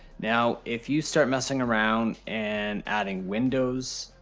now, if you start messing around and adding windows,